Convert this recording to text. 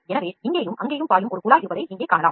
எனவே இங்கேயும் அங்கேயும் குழாய் இருப்பதை காணலாம்